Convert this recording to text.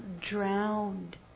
drowned